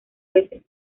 veces